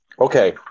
Okay